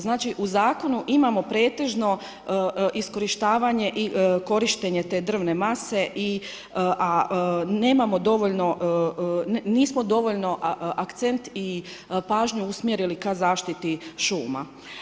Znači, u Zakonu imamo pretežno iskorištavanje i korištenje te drvne mase, a nemamo dovoljno, nismo dovoljno akcent i pažnju usmjerili ka zaštiti šuma.